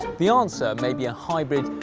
the answer may be a hybrid,